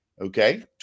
Okay